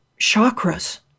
chakras